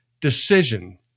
decision